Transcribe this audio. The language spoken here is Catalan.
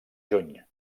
juny